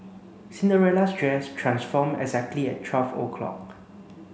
Cinderella's dress transformed exactly at twelve o'clock